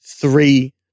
Three